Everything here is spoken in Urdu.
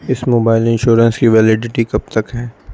اس موبائل انشورنس کی ویلیڈیٹی کب تک ہے